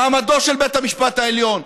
מעמדם של בית המשפט העליון,